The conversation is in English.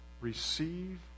Receive